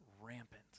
rampant